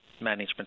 management